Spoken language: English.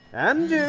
and yeah